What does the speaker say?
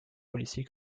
policy